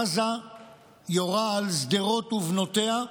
עזה יורה על שדרות ובנותיה,